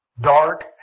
dark